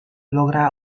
logra